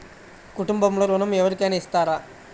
కుటుంబంలో ఋణం ఎవరికైనా ఇస్తారా?